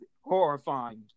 horrifying